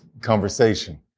conversation